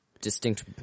distinct